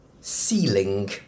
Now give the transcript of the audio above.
ceiling